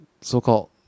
so-called